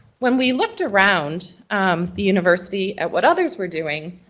when we looked around the university at what others were doing,